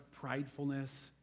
pridefulness